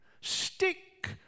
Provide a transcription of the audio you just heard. stick